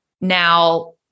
Now